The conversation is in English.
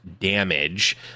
damage